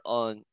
on